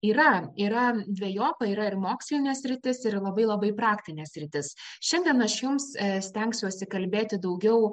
yra yra dvejopa yra ir mokslinė sritis ir labai labai praktinė sritis šiandien aš jums stengsiuosi kalbėti daugiau